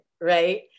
right